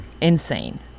Insane